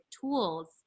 tools